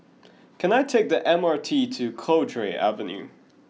can I take the M R T to Cowdray Avenue